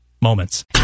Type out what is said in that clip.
moments